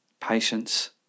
Patience